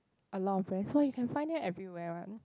a lot of brands !wah! you can find them everywhere one